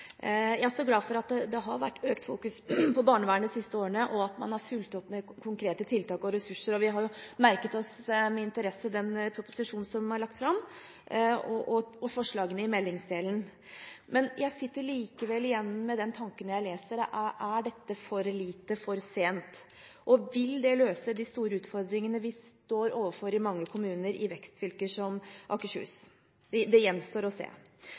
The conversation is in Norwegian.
barnevernet de siste årene, og at man har fulgt opp med konkrete tiltak og ressurser. Vi har med interesse merket oss den proposisjonen som er lagt fram, og forslagene i meldingsdelen. Men når jeg leser dette, sitter jeg likevel igjen med tanken: Er dette for lite for sent? Vil det løse de store utfordringene vi står overfor i mange kommuner i vekstfylker som Akershus? Det gjenstår å se.